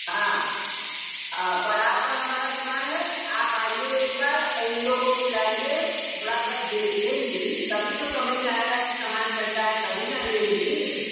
हाँ हाँ पढ़ाओ पर हमारा दुकान है आप आइए एक बार उन लोगों को भी लाइए थोड़ा जब देखेंगी तभी तो समझ में आएगा कि सामान कैसा है तभी ना लेंगी